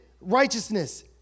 righteousness